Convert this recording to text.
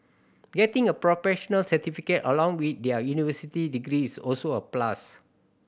getting a professional certificate along with their university degree is also a plus